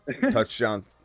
touchdown